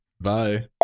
Bye